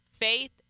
Faith